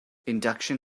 induction